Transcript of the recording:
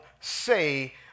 say